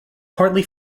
partly